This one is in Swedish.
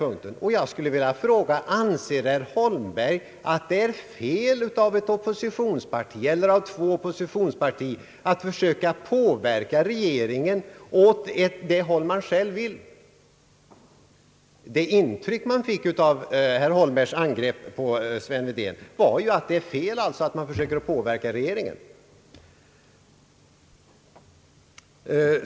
Anser herr Holmberg att det är fel av ett oppositionsparti att försöka påverka regeringen åt det håll oppositionspartiet vill? Det intryck man fick av herr Holmbergs angrepp på herr Wedén var att det är fel av ett oppositionsparti att försöka påverka regeringen.